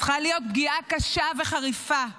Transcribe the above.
צריכה להיות פגיעה קשה וחריפה -- בדיוק.